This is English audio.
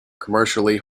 commercially